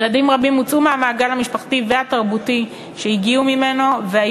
ילדים רבים הוצאו מהמעגל המשפחתי והתרבותי שהגיעו ממנו גם